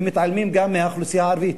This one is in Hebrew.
ומתעלמים גם מהאוכלוסייה הערבית.